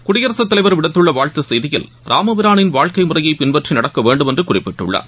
குடியரசுத் தலைவா் விடுத்துள்ள வாழ்த்துச் செய்தியில் இராமபிரானின் வாழ்க்கை முறையை பின்பற்றி நடக்க வேண்டுமென்றும் குறிப்பிட்டுள்ளார்